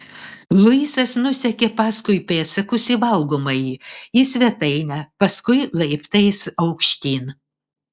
luisas nusekė paskui pėdsakus į valgomąjį į svetainę paskui laiptais aukštyn